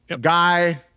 Guy